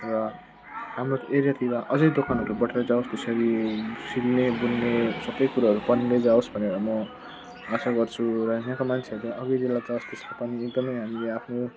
र हाम्रो एरियातिर अझै दोकानहरू बढेर जाओस् यसरी सिउने बुन्ने सबै कुराहरू बनिँदै जाओस् भनेर म आशा गर्छु र यहाँका मान्छेहरूले अरूबेला त त्यस्तो पनि एकदमै हामीले आफ्नो